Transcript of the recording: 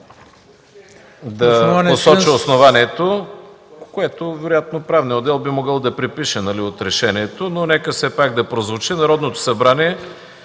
ще посоча основанието, което вероятно Правният отдел може да препише от решението, но нека все пак да прозвучи: „Народното събрание